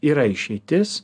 yra išeitis